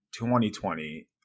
2020